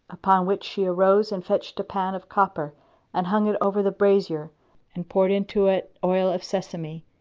upon which she arose and fetched a pan of copper and hung it over the brazier and poured into it oil of sesame,